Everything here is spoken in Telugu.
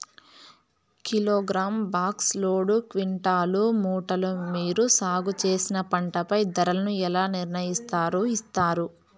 కిలోగ్రామ్, బాక్స్, లోడు, క్వింటాలు, మూటలు మీరు సాగు చేసిన పంటపై ధరలను ఎలా నిర్ణయిస్తారు యిస్తారు?